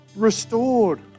restored